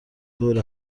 دور